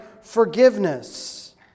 forgiveness